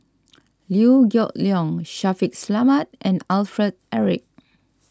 Liew Geok Leong Shaffiq Selamat and Alfred Eric